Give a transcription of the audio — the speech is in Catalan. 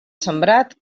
sembrat